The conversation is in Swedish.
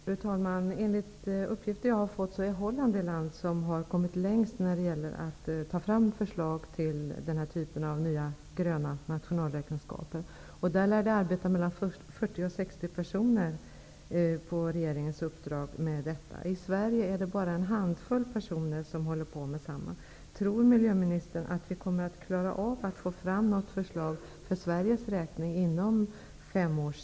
Fru talman! Enligt uppgifter som jag har fått är Holland det land som har kommit längst när det gäller att ta fram förslag till nya gröna nationalräkenskaper. I Holland arbetar mellan 40 och 60 personer på regeringens uppdrag med detta. I Sverige är det bara en handfull personer som håller på med samma arbete. Tror miljöministern att vi kommer att klara av att få fram något förslag på det här området för Sveriges räkning inom fem år?